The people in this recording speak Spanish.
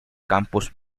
campos